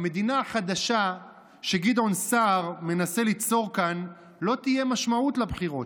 במדינה החדשה שגדעון סער מנסה ליצור כאן לא תהיה משמעות לבחירות,